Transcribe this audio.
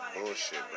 bullshit